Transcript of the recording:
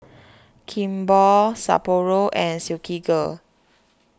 Kimball Sapporo and Silkygirl